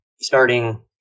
starting